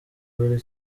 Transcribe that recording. buri